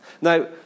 Now